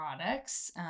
products